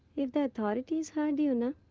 if the authorities heard you. you know